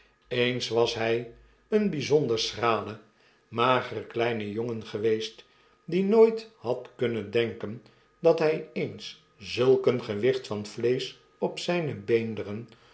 eens was hy een byzonder schrale magere kleine jongen geweest die nooit had kunnen denken dat hy eens zulk een gewicht van vleesch op zyne beenderen